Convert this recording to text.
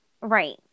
Right